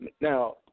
Now